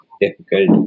difficult